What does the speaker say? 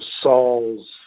Saul's